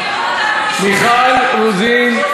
מיכל רוזין,